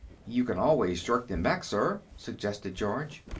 you can always jerk them back, sir, suggested george.